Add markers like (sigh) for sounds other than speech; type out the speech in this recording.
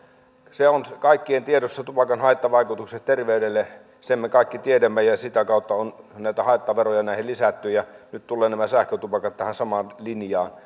kaikkien tiedossa ovat tupakan haittavaikutukset terveydelle sen me kaikki tiedämme ja sitä kautta on näitä haittaveroja näihin lisätty ja nyt tulevat nämä sähkötupakat tähän samaan linjaan (unintelligible)